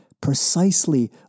precisely